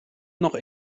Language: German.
noch